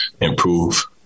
improve